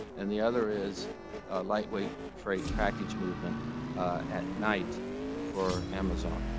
and the other is lightweight freight package movement at night for amazon.